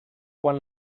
quan